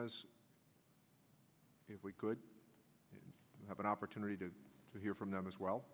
us if we could have an opportunity to hear from them as well